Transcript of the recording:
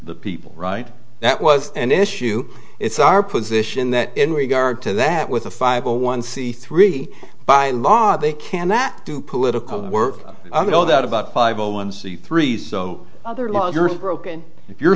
the people right that was an issue it's our position that in regard to that with a five a one c three by law they cannot do political work i know that about five hundred one c three so other laws earth broken if your